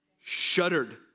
shuddered